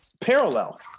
parallel